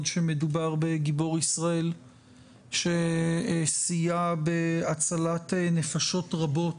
שמדובר בגיבור ישראל שסייע בהצלת נפשות רבות,